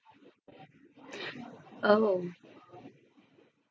alone